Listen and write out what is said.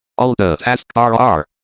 alt a. task bar r.